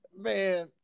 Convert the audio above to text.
man